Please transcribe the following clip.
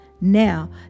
now